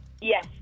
Yes